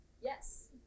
Yes